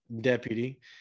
Deputy